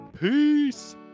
Peace